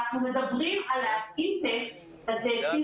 אנחנו מדברים על להתאים טקסט לטקסטים